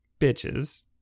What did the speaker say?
Bitches